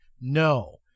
No